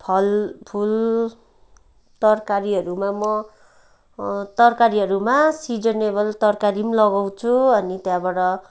फलफुल तरकारीहरूमा म तरकारीहरूमा सिजनेबल तरकारी पनि लगाउँछु अनि त्यहाँबाट